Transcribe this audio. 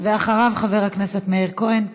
אחריו, חבר הכנסת מאיר כהן.